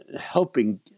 helping